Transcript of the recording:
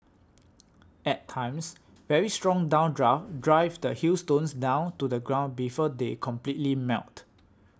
at times very strong downdrafts drive the hailstones down to the ground before they completely melt